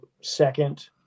second